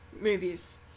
movies